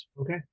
Okay